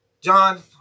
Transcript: John